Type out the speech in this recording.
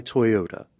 Toyota